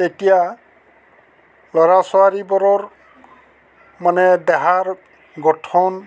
তেতিয়া ল'ৰা ছোৱালীবোৰৰ মানে দেহাৰ গঠন